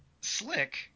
Slick